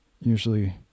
usually